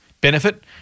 benefit